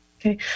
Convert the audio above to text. Okay